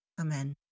Amen